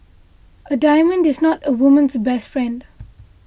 a diamond is not a woman's best friend